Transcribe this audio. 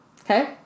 okay